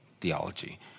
theology